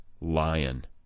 lion